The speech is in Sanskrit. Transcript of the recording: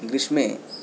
ग्रीष्मे